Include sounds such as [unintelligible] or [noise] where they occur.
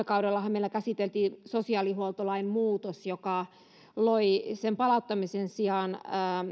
[unintelligible] kaudellahan meillä käsiteltiin sosiaalihuoltolain muutos joka loi sen palauttamisen sijaan